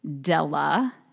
della